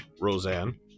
Roseanne